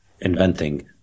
inventing